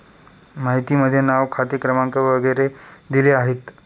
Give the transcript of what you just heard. माहितीमध्ये नाव खाते क्रमांक वगैरे दिले आहेत